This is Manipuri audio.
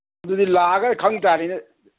ꯑꯗꯨꯗꯤ ꯂꯥꯛꯑꯒ ꯈꯪ ꯇꯥꯔꯦꯅꯦ